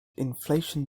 inflation